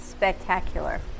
spectacular